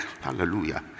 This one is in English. Hallelujah